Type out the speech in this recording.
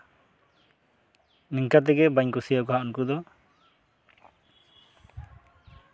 ᱱᱤᱝᱠᱟᱹ ᱛᱮᱜᱮ ᱵᱟᱹᱧ ᱠᱩᱥᱤᱭᱟᱠᱚᱣᱟ ᱩᱱᱠᱩ ᱫᱚ